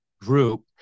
group